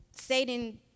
Satan